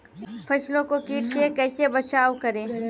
फसलों को कीट से कैसे बचाव करें?